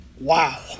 Wow